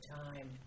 time